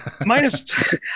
Minus